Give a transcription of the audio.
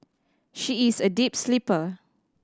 she is a deep sleeper